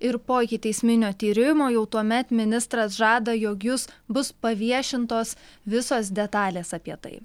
ir po ikiteisminio tyrimo jau tuomet ministras žada jog jus bus paviešintos visos detalės apie tai